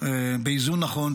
באיזון נכון,